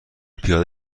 پیاده